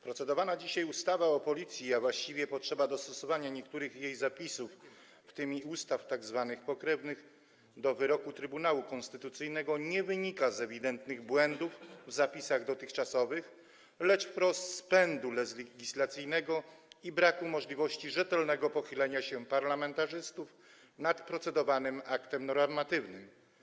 Procedowana dzisiaj ustawa o Policji, a właściwie potrzeba dostosowania niektórych jej zapisów, w tym ustaw tzw. pokrewnych, do wyroku Trybunału Konstytucyjnego nie wynika z ewidentnych błędów w zapisach dotychczasowych, lecz z rozpędu legislacyjnego i braku możliwości rzetelnego pochylenia się parlamentarzystów nad aktem normatywnym.